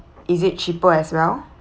is it cheaper as well